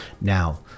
Now